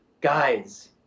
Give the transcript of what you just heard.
guys